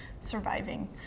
surviving